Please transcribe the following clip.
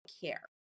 care